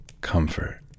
comfort